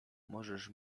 możesz